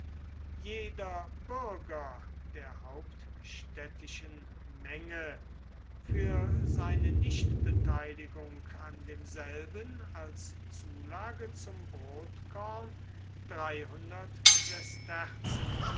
jeder bürger der hauptstädtischen menge für seine nichtbeteiligung an demselben als zulage zum brotkorn